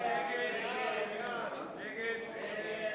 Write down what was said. הצעת סיעות